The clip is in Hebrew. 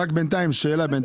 שאלה.